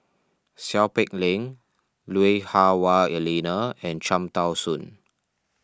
Seow Peck Leng Lui Hah Wah Elena and Cham Tao Soon